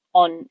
on